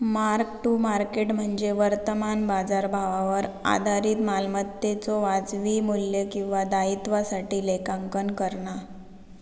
mark to market म्हणजे वर्तमान बाजारभावावर आधारित मालमत्तेच्यो वाजवी मू्ल्य किंवा दायित्वासाठी लेखांकन करणा